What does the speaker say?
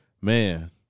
man